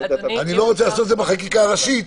אני לא רוצה לעשות את זה בחקיקה ראשית.